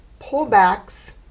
pullbacks